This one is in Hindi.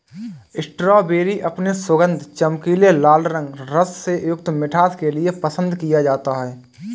स्ट्रॉबेरी अपने सुगंध, चमकीले लाल रंग, रस से युक्त मिठास के लिए पसंद किया जाता है